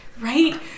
right